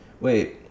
Wait